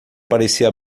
parecia